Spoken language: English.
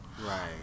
right